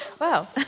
Wow